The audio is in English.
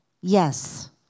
Yes